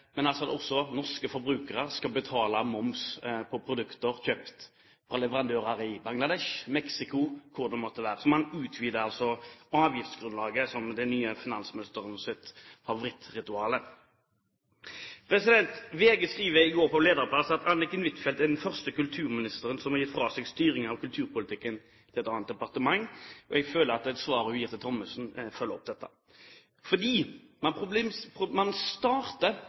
norske forbrukere skal altså betale moms på produkter kjøpt fra leverandører i Bangladesh, Mexico eller hvor det måtte være. Man utvider altså avgiftsgrunnlaget, som er den nye finansministerens favorittritual. VG skrev i går på lederplass at Anniken Huitfeldt «er den første kulturminister som har gitt fra seg styringen av kulturpolitikken til et annet departement». Jeg føler at det svaret hun gav til Thommessen følger opp dette. For man